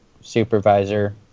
supervisor